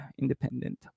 independent